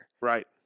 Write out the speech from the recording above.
Right